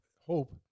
hope